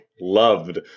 loved